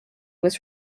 was